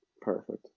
perfect